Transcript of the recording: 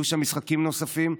יהיו שם משחקים נוספים.